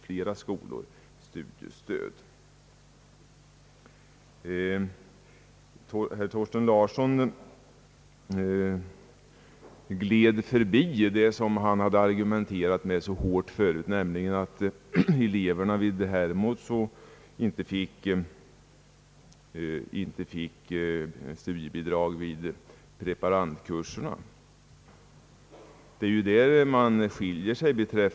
Herr Thorsten Larsson gled förbi det som han hade argumenterat med så hårt förut nämligen att eleverna vid Hermods inte fick studiebidrag vid preparandkurserna. Det är ju där man skiljer sig i uppfattningarna.